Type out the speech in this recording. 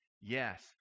Yes